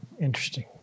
Interesting